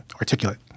articulate